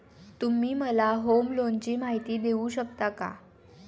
तुम्ही मला होम लोनची माहिती देऊ शकता का?